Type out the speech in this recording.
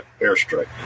airstrike